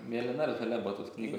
mėlyna ar žalia buvo tos knygos